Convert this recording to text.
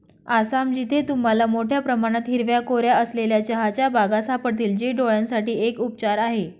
आसाम, जिथे तुम्हाला मोठया प्रमाणात हिरव्या कोऱ्या असलेल्या चहाच्या बागा सापडतील, जे डोळयांसाठी एक उपचार आहे